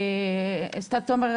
אוסטאד תומר,